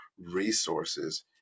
resources